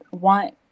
want